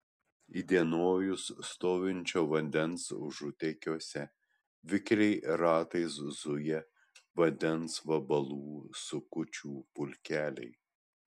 įdienojus stovinčio vandens užutėkiuose vikriai ratais zuja vandens vabalų sukučių pulkeliai